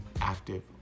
active